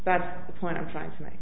that's the point i'm trying to m